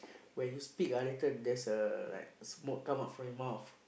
when you speak ah later there is a like smoke come out from your mouth